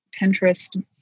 Pinterest